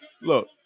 look